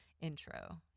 intro